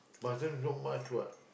Batam not much what